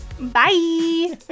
bye